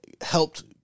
helped